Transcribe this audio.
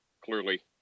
Clearly